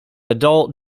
adult